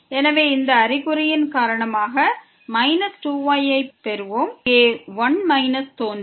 எனவே இந்த அறிகுறியின் காரணமாக 2y ஐ ப் பெறுவோம் இங்கே 1 மைனஸ் தோன்றும்